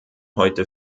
heute